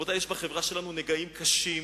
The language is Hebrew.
רבותי, בחברה שלנו יש נגעים קשים,